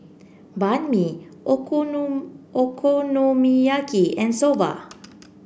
Banh Mi Okonomiyaki and Soba